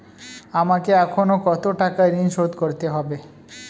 আমাকে এখনো কত টাকা ঋণ শোধ করতে হবে?